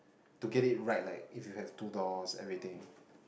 to get it right like if you have two doors everything